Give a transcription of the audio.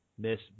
Miss